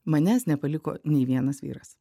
manęs nepaliko nei vienas vyras